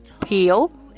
peel